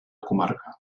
comarca